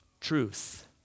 Truth